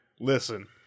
Listen